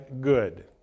good